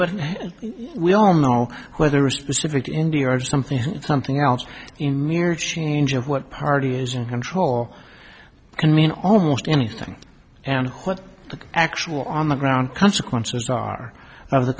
but we all know whether a specific india or something something else in mere change of what party is in control can mean almost anything and what the actual on the ground consequences are of the